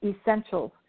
essentials